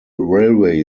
railway